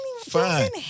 fine